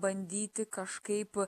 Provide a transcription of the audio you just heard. bandyti kažkaip